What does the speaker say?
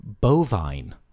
bovine